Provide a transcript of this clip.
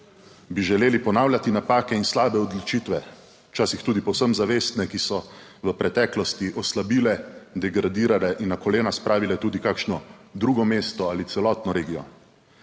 Bi želeli ponavljati napake in slabe odločitve, včasih tudi povsem zavestne, ki so v preteklosti oslabile, degradirale in na kolena spravile tudi kakšno drugo mesto ali celotno regij.